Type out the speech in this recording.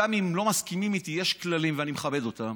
גם אם לא מסכימים איתי, יש כללים, ואני מכבד אותם,